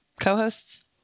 co-hosts